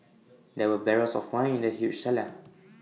there were barrels of wine in the huge cellar